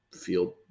feel